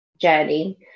journey